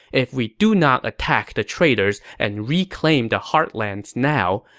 if we do not attack the traitors and reclaim the heartlands now,